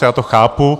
Já to chápu.